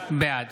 בעד